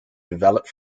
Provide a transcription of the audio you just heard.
developed